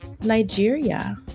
Nigeria